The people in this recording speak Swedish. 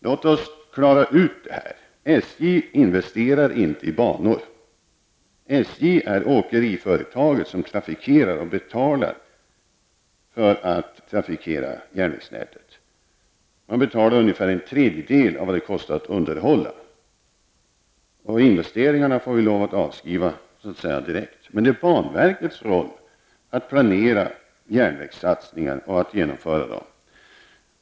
Låt oss klara ut det här! SJ investerar inte i banor. SJ är åkeriföretaget som trafikerar och betalar för att trafikera järnvägsnätet. Man betalar ungefär en tredjedel av vad det kostar att underhålla det. Investeringarna får vi så att säga lov att avskriva direkt. Men det är banverkets sak att planera järnvägssatsningar och genomföra dem.